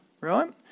right